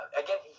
again